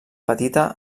petita